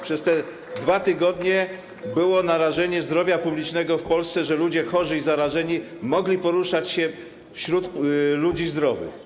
Przez te 2 tygodnie miało miejsce narażanie zdrowia publicznego w Polsce, bo ludzie chorzy i zarażeni mogli poruszać się wśród ludzi zdrowych.